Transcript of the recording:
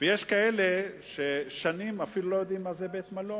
ויש כאלה ששנים אפילו לא יודעים מה זה בית-מלון.